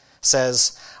says